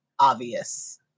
obvious